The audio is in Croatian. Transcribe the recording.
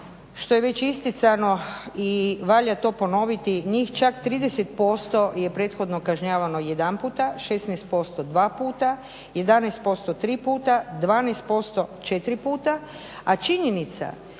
što je već isticano i valja to ponoviti, njih čak 30% je prethodno kažnjavano jedanputa, 16% dva puta, 11% tri puta, 12% četiri puta, a činjenica